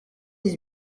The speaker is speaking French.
dix